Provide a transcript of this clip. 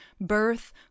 birth